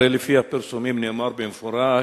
הרי לפי הפרסומים נאמר במפורש: